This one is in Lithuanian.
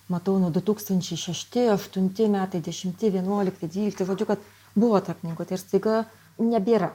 matau nuo du tūkstančiai šešti aštunti metai dešimti vienuolikti dvylikti žodžiu kad buvo ta knygutė ir staiga nebėra